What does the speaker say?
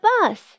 bus